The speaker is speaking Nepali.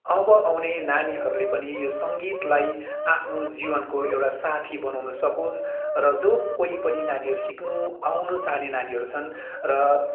अब आउने नानीहरूले पनि यो सङ्गीतलाई आफ्नो जीवनको एउटा साथी बनाउनु सकोस् र जो कोही पनि नानीहरू सिक्नु आउनु चाहाने नानीहरू छन् र